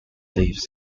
lives